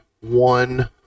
One